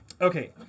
okay